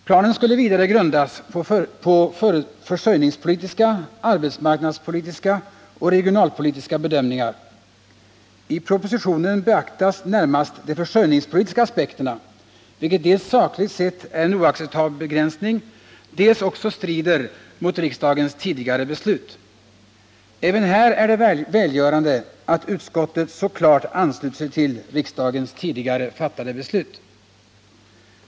Planen skulle vidare grundas på försörjningspolitiska, arbetsmarknadspolitiska och regionalpolitiska bedömningar. I propositionen beaktas närmast de försörjningspolitiska aspekterna, vilket dels sakligt sett innebär en oacceptabel begränsning, dels också strider mot riksdagens tidigare beslut. Även här är det välgörande att utskottet så klart ansluter sig till riksdagens tidigare fattade beslut.